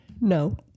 No